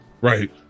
right